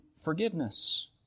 forgiveness